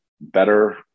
better